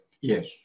Yes